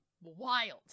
Wild